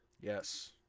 Yes